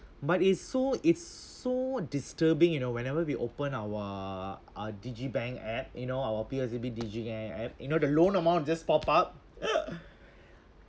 but it's so it's so disturbing you know whenever we open our our uh digi bank app you know our P_O_S_B digi bank app you know the loan amount just pop up